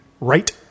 Right